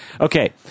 okay